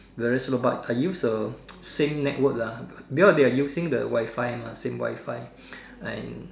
very slow but I use uh same network lah because they are using the Wi-Fi mah same Wi-Fi and